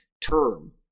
term